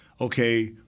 okay